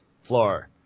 floor